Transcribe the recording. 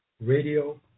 Radio